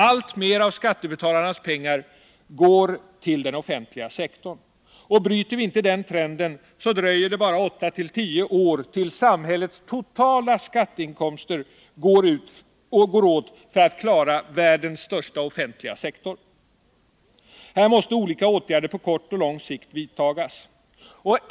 Allt mer av skattebetalarnas pengar går till den offentliga sektorn. Bryter vi inte den trenden dröjer det bara 8-10 år tills samhällets totala skatteinkomster går åt för att klara världens största offentliga sektor. Här måste olika åtgärder på kort och på lång sikt vidtagas.